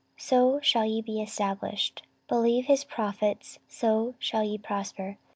so shall ye be established believe his prophets, so shall ye prosper.